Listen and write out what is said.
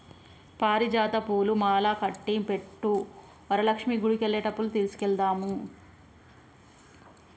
పారిజాత పూలు మాలకట్టి పెట్టు వరలక్ష్మి గుడికెళ్లేటప్పుడు తీసుకెళదాము